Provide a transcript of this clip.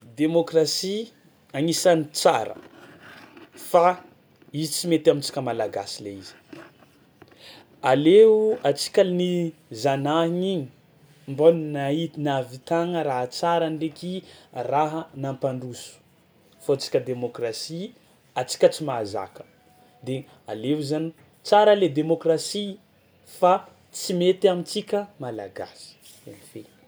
Demôkrasia agnisan'ny tsara fa izy tsy mety amintsika malagasy le izy, aleo antsika mi- zanahagna igny mbô nahi- nahavitagna raha tsara ndraiky raha nampandroso fô tsika demôkrasia antsika tsy mahazaka de aleo zany tsara le demôkrasia fa tsy mety amintsika malagasy.